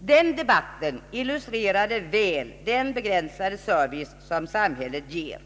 Den debatten illustrerade väl den begränsade service som samhället ger.